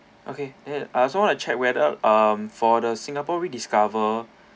okay and also I want to check whether um for the singapore rediscover